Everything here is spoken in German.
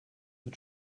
mit